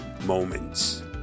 moments